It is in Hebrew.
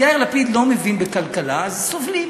יאיר לפיד לא מבין בכלכלה אז סובלים,